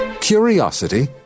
Curiosity